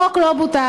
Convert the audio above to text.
החוק לא בוטל.